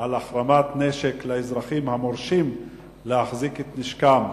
על החרמת נשק לאזרחים המורשים להחזיק את נשקם.